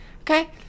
Okay